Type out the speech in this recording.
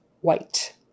white